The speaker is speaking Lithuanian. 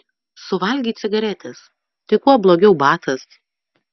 suvalgei cigaretes tai kuo blogiau batas